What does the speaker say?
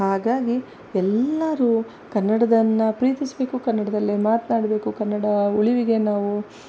ಹಾಗಾಗಿ ಎಲ್ಲರೂ ಕನ್ನಡದನ್ನ ಪ್ರೀತಿಸಬೇಕು ಕನ್ನಡದಲ್ಲೇ ಮಾತನಾಡ್ಬೇಕು ಕನ್ನಡ ಉಳಿವಿಗೆ ನಾವು